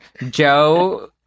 Joe